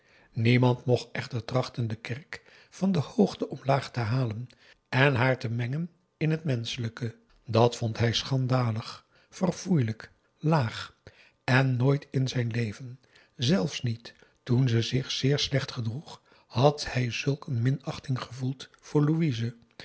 niemand mocht echter trachten de kerk van de hoogte omlaag te halen en haar te mengen in het menschelijke dat vond hij schandalig verfoeilijk laag en nooit in zijn leven zelfs niet toen ze zich zeer slecht gedroeg had hij zulk een minachting gevoeld voor louise